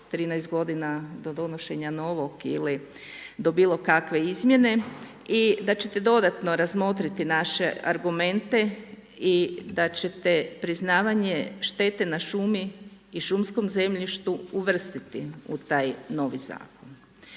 13 godina do donošenja novog ili do bilo kakve izmjene i da ćete dodatno razmotriti naše argumente i da ćete priznavanje štete na šumi i šumskom zemljištu uvrstiti u taj novi zakon.